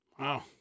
Wow